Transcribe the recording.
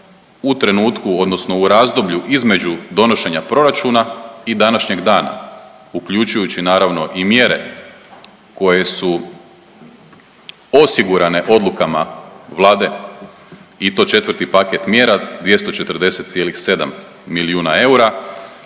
u trenutku odnosno u razdoblju između donošenja proračuna i današnjeg dana, uključujući naravno i mjere koje su osigurane odlukama Vlade i to 4. paket mjera, 240,7 milijuna eura,